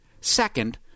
Second